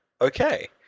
Okay